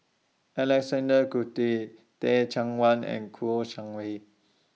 Alexander Guthrie Teh Cheang Wan and Kouo Shang Wei